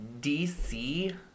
DC